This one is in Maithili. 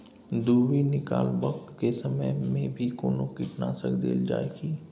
दुभी निकलबाक के समय मे भी कोनो कीटनाशक देल जाय की?